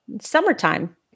Summertime